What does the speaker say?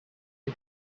his